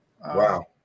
Wow